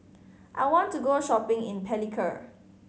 I want to go shopping in Palikir